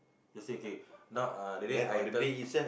let say okay now ah that day I tell